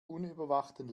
unüberwachten